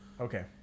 Okay